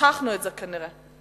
שכחנו את זה כנראה.